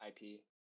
IP